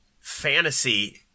fantasy